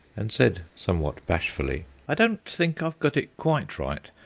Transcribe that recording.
and said, somewhat bashfully, i don't think i've got it quite right,